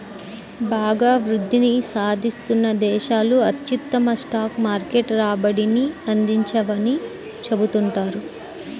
బాగా వృద్ధిని సాధిస్తున్న దేశాలు అత్యుత్తమ స్టాక్ మార్కెట్ రాబడిని అందించవని చెబుతుంటారు